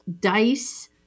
dice